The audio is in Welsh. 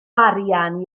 arian